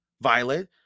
Violet